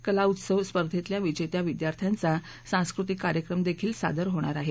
कला उत्सव स्पर्धेतल्या विजेत्या विद्यार्थ्यांचा सांस्कृतिक कार्यक्रम देखील सादर होणार आहे